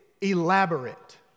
elaborate